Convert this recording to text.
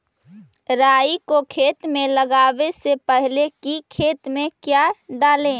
राई को खेत मे लगाबे से पहले कि खेत मे क्या डाले?